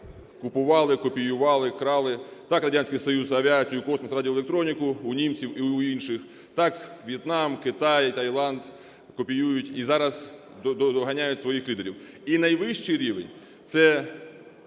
купували, копіювали, крали. Так Радянський Союз авіацію, космос, радіоелектроніку у німців і у інших, так В'єтнам, Китай, Таїланд копіюють і зараз доганяють своїх лідерів. І найвищий рівень – це